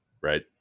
right